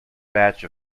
batch